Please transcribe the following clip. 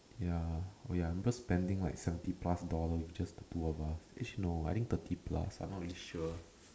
ya we are just spending like seventy plus dollars with the two of us no maybe thirty plus I am not very sure